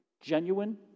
genuine